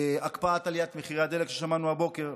הקפאת עליית מחירי הדלק, ששמענו הבוקר.